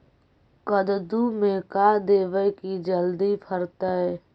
कददु मे का देबै की जल्दी फरतै?